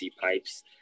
pipes